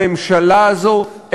לממשלה הזאת,